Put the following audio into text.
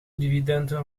dividenden